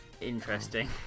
interesting